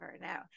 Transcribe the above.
Now